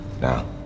Now